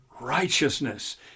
righteousness